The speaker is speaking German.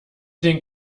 den